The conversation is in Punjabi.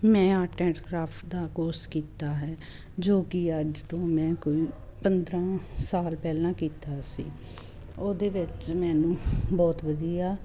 ਮੈਂ ਆਰਟ ਐਂਡ ਕਰਾਫਟ ਦਾ ਕੋਰਸ ਕੀਤਾ ਹੈ ਜੋ ਕਿ ਅੱਜ ਤੋਂ ਮੈਂ ਕੋਈ ਪੰਦਰ੍ਹਾਂ ਸਾਲ ਪਹਿਲਾਂ ਕੀਤਾ ਸੀ ਉਹਦੇ ਵਿੱਚ ਮੈਨੂੰ ਬਹੁਤ ਵਧੀਆ